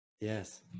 Yes